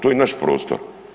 To je naš prostor.